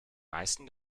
meisten